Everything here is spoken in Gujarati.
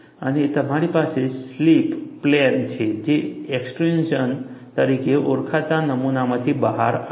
અને તમારી પાસે સ્લિપ પ્લેન છે જે એક્સ્ટ્રુઝન તરીકે ઓળખાતા નમૂનામાંથી બહાર નીકળી રહ્યા છે